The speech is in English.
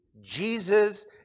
Jesus